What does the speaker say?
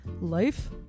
life